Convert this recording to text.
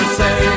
say